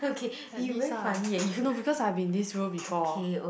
at least ah no because I've been this role before